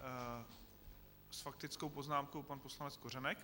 S faktickou poznámkou pan poslanec Kořenek.